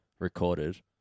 Recorded